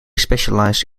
specialise